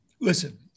Listen